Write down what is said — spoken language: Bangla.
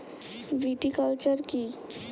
ভিটিকালচার কী?